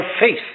faith